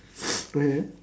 okay